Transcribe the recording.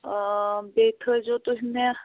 ٲں بیٚیہِ تھٲیزیٛو تُہی مےٚ